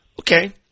Okay